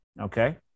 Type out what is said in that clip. Okay